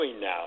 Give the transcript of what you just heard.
now